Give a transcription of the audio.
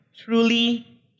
Truly